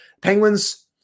Penguins